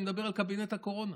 אני מדבר על קבינט הקורונה,